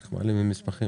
איך מעלימים מסמכים?